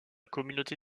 communauté